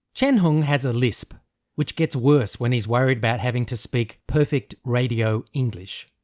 chien-hung has a lisp which gets worse when he is worried about having to speak perfect radio english,